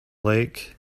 lake